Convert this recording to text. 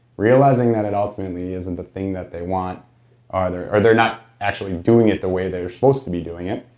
realizing that it ultimately isn't the thing that they want or they're or they're not actually doing it the way they're supposed to be doing it.